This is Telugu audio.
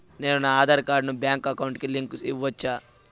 నేను నా ఆధార్ కార్డును బ్యాంకు అకౌంట్ కి లింకు ఇవ్వొచ్చా?